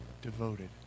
Devoted